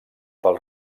pel